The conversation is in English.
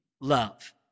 love